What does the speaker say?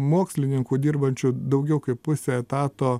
mokslininkų dirbančių daugiau kaip pusę etato